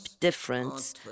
difference